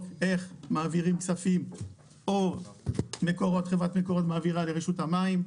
איך מעבירים כספים או חברת מקורות מעבירה לרשות המים,